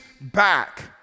back